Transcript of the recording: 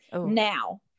Now